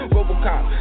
Robocop